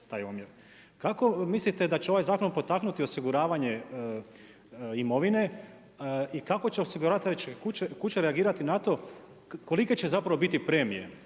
Kako mislite da će ovaj zakon potaknuti osiguravanje imovine, i kako će osigurati, kuda će reagirati na to, kolike će zapravo biti premije.